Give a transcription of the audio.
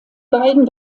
beiden